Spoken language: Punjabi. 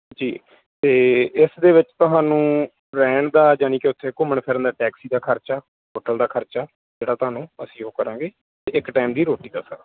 ਜੀ ਅਤੇ ਇਸ ਦੇ ਵਿੱਚ ਤੁਹਾਨੂੰ ਰਹਿਣ ਦਾ ਯਾਨੀ ਕਿ ਉੱਥੇ ਘੁੰਮਣ ਫਿਰਨ ਦਾ ਟੈਕਸੀ ਦਾ ਖਰਚਾ ਹੋਟਲ ਦਾ ਖਰਚਾ ਜਿਹੜਾ ਤੁਹਾਨੂੰ ਅਸੀਂ ਉਹ ਕਰਾਂਗੇ ਅਤੇ ਇੱਕ ਟਾਈਮ ਦੀ ਰੋਟੀ ਦਾ ਖਰਚਾ